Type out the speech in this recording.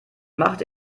machte